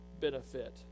benefit